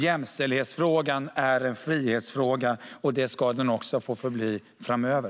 Jämställdhetsfrågan är en frihetsfråga, och det ska den också få förbli framöver.